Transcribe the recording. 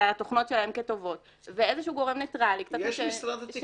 התוכנות שלהן כטובות ואיזשהו גורם ניטרלי --- יש משרד התקשורת.